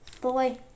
Boy